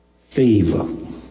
favor